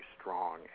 strong